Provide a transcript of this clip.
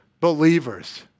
believers